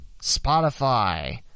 spotify